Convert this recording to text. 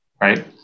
right